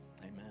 Amen